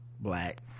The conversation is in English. black